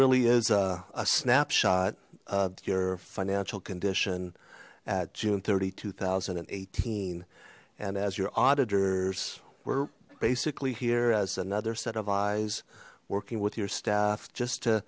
really is a snapshot of your financial condition at june thirty two thousand and eighteen and as your auditors we're basically here as another set of eyes working with your staff just to